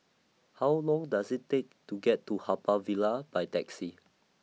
How Long Does IT Take to get to Haw Par Villa By Taxi